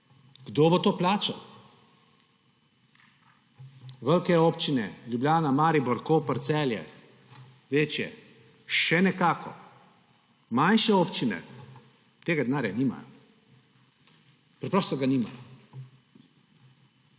kdo bo to plačal. Velike občine, Ljubljana, Maribor, Koper, Celje, večje – še nekako, manjše občine tega denarja nimajo. Preprosto ga nimajo.